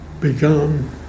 begun